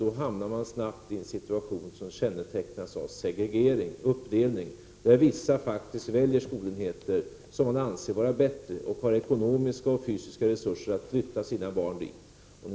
Då hamnar man nämligen snabbt i en situation som kännetecknas av segregering, uppdelning, där vissa väljer skolenheter som de anser vara bättre — om de har ekonomiska och fysiska resurser att flytta sina barn dit.